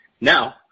Now